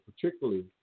particularly